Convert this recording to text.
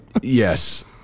Yes